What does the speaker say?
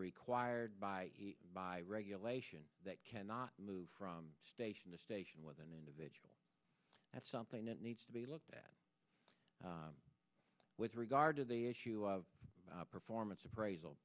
required by by regulation that cannot move from station to station with an individual that's something that needs to be looked at with regard to the issue of performance appraisal